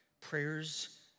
Prayers